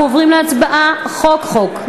אנחנו עוברים להצבעה חוק-חוק.